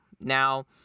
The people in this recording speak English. Now